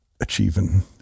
achieving